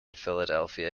philadelphia